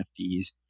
NFTs